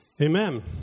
Amen